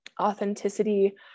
authenticity